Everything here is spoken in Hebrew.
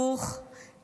ברוך בן יגאל,